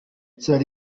sierra